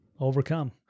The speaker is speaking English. overcome